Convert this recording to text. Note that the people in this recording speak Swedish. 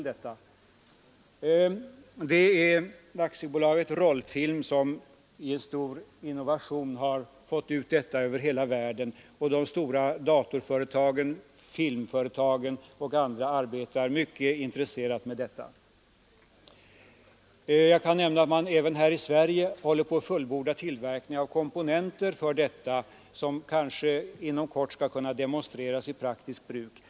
Det är Aktiebolaget Rollfilm som fått ut denna stora innovation över hela världen. De stora företagen inom datoroch filmområdena osv. arbetar mycket intresserat med detta system. Jag kan nämna att man även här i Sverige håller på att fullborda tillverkningen av komponenter för detta, som kanske inom kort skall kunna demonstreras i praktiskt bruk.